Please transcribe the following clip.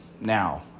now